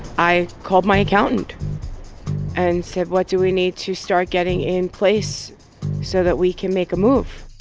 i called my accountant and said, what do we need to start getting in place so that we can make a move?